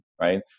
right